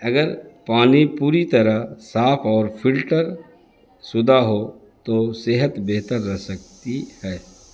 اگر پانی پوری طرح صاف اور فلٹر شدہ ہو تو صحت بہتر رہ سکتی ہے